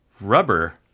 Rubber